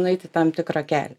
nueiti tam tikrą kelią